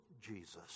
Jesus